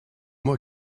moi